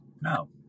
No